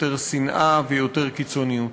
יותר שנאה ויותר קיצוניות.